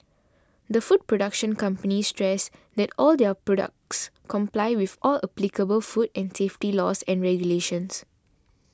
the food production company stressed that all their products comply with all applicable food and safety laws and regulations